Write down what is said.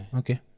okay